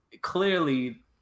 clearly